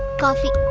coffee